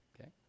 Okay